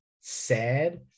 sad